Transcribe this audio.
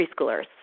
preschoolers